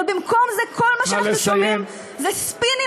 ואיך יכול להיות שאתם כרגע לא משמיעים קול זעקה,